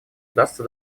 удастся